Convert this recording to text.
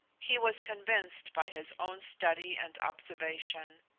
he was convinced by his own study and observation,